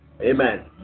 Amen